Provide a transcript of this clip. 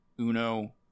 Uno